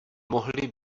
mohly